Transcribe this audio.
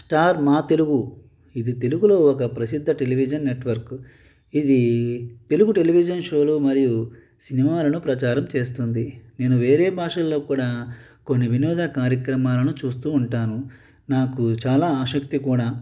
star Maa Telugu ఇది తెలుగులో ఒక ప్రసిద్ధ టెలివిజన్ నెట్వర్క్ ఇది తెలుగు టెలివిజన్ షోలు మరియు సినిమాలను ప్రచారం చేస్తుంది నేను వేరే భాషల్లో కూడా కొన్ని వినోద కార్యక్రమాలను చూస్తూ ఉంటాను నాకు చాలా ఆసక్తి కూడా